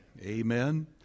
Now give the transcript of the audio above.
Amen